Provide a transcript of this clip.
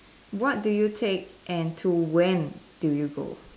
what do you take and to when do you go